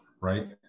right